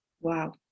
wow